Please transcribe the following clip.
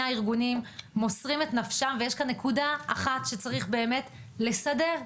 הארגונים מוסרים את נפשם ויש כאן נקודה אחת שצריך באמת לסדר,